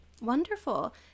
Wonderful